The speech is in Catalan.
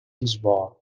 lisboa